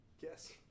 Yes